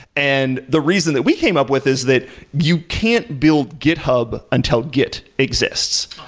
and the reason that we came up with is that you can't build github until git exists,